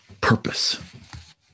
Purpose